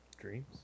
Dreams